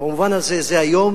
במובן הזה, זה היום